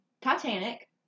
Titanic